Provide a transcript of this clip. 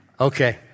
Okay